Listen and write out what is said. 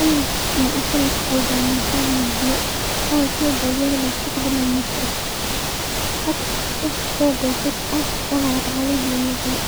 انا لما اسلك حوض او مرحاض مسدود اول شيء بجرب استخدم المكبس، احطه فوق الفتحة واضغط عليه للاعلى